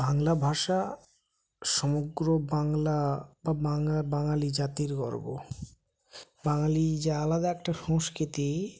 বাংলা ভাষা সমগ্র বাংলা বা বাঙালি জাতির গর্ব বাঙালি যে আলাদা একটা সংস্কৃৃতি